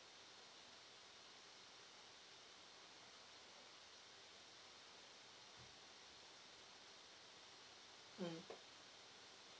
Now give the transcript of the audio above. mm